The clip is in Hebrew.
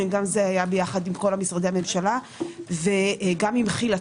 גם זה היה יחד עם כל משרדי הממשלה וגם עם כי"ל,